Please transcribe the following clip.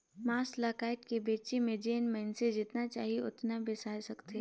मांस ल कायट के बेचे में जेन मइनसे जेतना चाही ओतना बेसाय सकथे